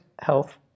health